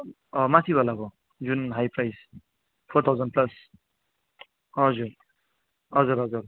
अँ माथिवालाको जुन high price four thousand plus हजुर हजुर हजुर